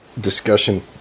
discussion